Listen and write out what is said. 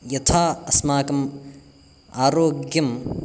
यथा अस्माकम् आरोग्यम्